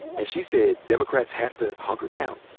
and she said democrats have to hunker down,